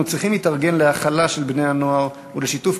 אנו צריכים להתארגן להכלה של בני-הנוער ולשיתוף